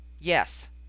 Yes